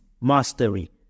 mastery